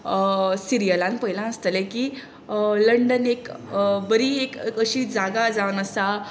सिरीयलांत पळयला आसतलें की लंडन एक बरी एक अशी जागा जावन आसा